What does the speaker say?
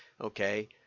okay